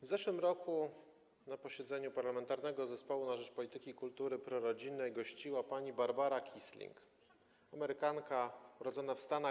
W zeszłym roku na posiedzeniu Parlamentarnego Zespołu na rzecz Polityki i Kultury Prorodzinnej gościła pani Rebecca Kiessling - amerykanka urodzona w Stanach.